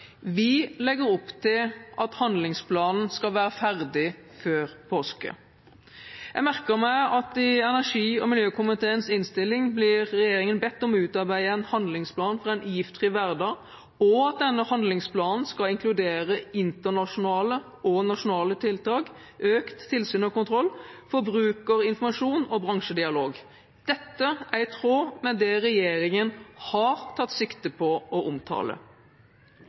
Vi legger opp til at handlingsplanen skal være ferdig før påske. Jeg merker meg at regjeringen i energi- og miljøkomiteens innstilling blir bedt om å utarbeide en handlingsplan for en giftfri hverdag, og at denne handlingsplanen skal inkludere internasjonale og nasjonale tiltak, økt tilsyn og kontroll, forbrukerinformasjon og bransjedialog. Dette er i tråd med det regjeringen har tatt sikte på å omtale.